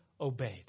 obeyed